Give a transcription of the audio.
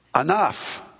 enough